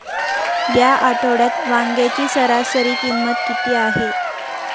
या आठवड्यात वांग्याची सरासरी किंमत किती आहे?